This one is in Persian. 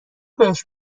بهش